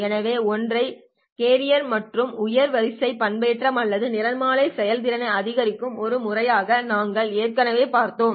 எனவே ஒற்றை கேரியர் மற்றும் உயர் வரிசை பண்பேற்றம் ஆகிய நிறமாலை செயல்திறனை அதிகரிக்கும் ஒரு முறையை நாங்கள் ஏற்கனவே பார்த்தோம்